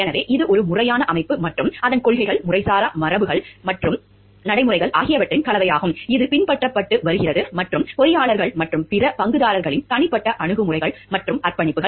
எனவே இது ஒரு முறையான அமைப்பு மற்றும் அதன் கொள்கைகள் முறைசாரா மரபுகள் மற்றும் நடைமுறைகள் ஆகியவற்றின் கலவையாகும் இது பின்பற்றப்பட்டு வருகிறது மற்றும் பொறியாளர்கள் மற்றும் பிற பங்குதாரர்களின் தனிப்பட்ட அணுகுமுறைகள் மற்றும் அர்ப்பணிப்புகள்